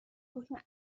حکم